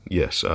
yes